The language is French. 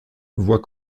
voit